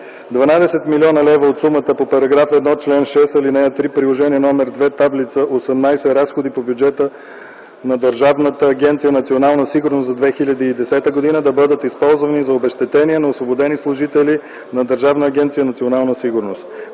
милиона лева от сумата по § 1, чл. 6, ал. 3, Приложение № 2, Таблица 18 – Разходи по бюджета на Държавна агенция „Национална сигурност” за 2010 г. да бъдат използвани за обезщетения на освободени служители на Държавна агенция „Национална сигурност”.”